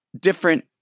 different